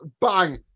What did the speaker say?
Bang